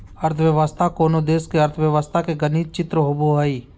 अर्थव्यवस्था कोनो देश के अर्थव्यवस्था के गणित चित्र होबो हइ